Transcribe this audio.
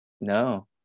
No